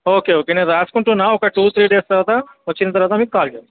okay okay నేను రాసుకుంటున్నాను ఒక టూ త్రీ డేస్ తరువాత వచ్చిన తరువాత మీకు కాల్ చేస్తాను